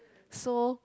so